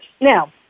Now